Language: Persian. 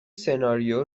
سناریو